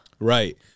right